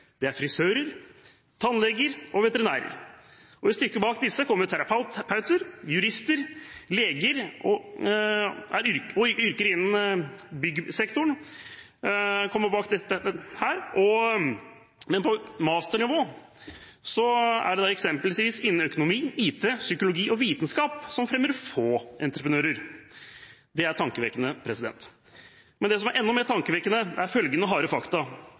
Det er frisører, tannleger og veterinærer. Et stykke bak disse kommer terapeuter, jurister, leger og yrker innenfor byggsektoren. Utdannelser på masternivå, f.eks. innenfor økonomi, IT, psykologi og vitenskap, fremmer få entreprenører. Det er tankevekkende. Men det som er enda mer tankevekkende, er følgende harde fakta: